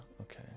okay